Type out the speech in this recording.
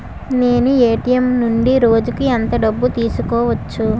నేను ఎ.టి.ఎం నుండి రోజుకు ఎంత డబ్బు తీసుకోవచ్చు?